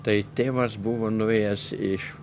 tai tėvas buvo nuėjęs iš